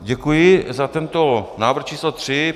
Děkuji za tento návrh č. 3.